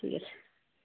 ঠিক আছে